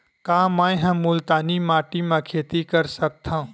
का मै ह मुल्तानी माटी म खेती कर सकथव?